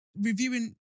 reviewing